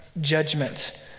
judgment